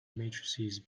matrices